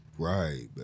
Right